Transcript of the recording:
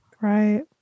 Right